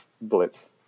Blitz